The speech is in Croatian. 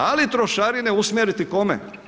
Ali trošarine usmjeriti, kome?